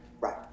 right